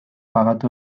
pagatu